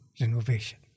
renovation